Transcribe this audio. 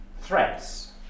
threats